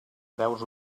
preus